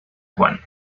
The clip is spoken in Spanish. juan